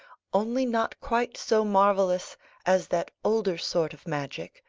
only not quite so marvellous as that older sort of magic,